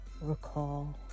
recall